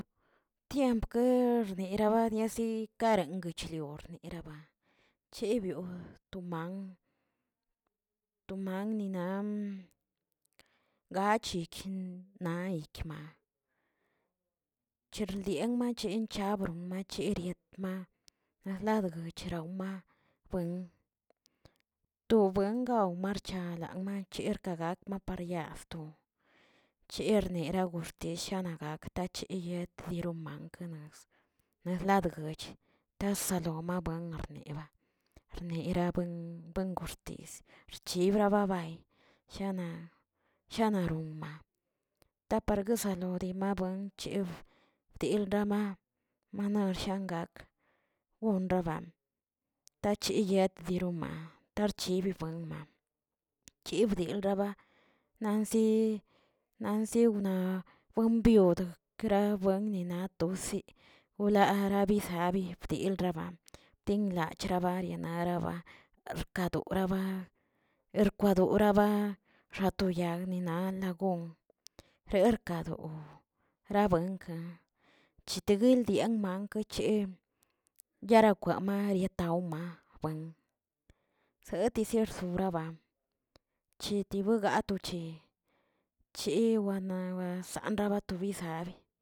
Tiempke niera badiesi arneguchrior niraba, che byo tuuman tu mangninan gachikin nayikma, chirldian mache chabron mayirietma naslagdo cherawm' buen, to buen ga marcha la macherka gakma para yazto, chernera goshe chenagak tacheyetiron makenazə nazladguech tazalon mabuen arniba, arniera buen buen koxtis xchibrababay shana shanaromma taparguesalodi abuen cheb dil rama manor shangak gonraban, tachet yet biroma taechiri buen ma, bchilbdil raba nanzi nanziwna buenbyodgue ke buen ni natosi wlara bisa bi bdilraba tinlachyebayra nara ba, axkadoraba, erkwadoraba, xatoyag ninalgon gerkadon rabuenkaꞌ chitiguildian man wiche yarakwama ritawma segueti sirsabra chitibigato chi- chiwana wasanrabatobi sabe.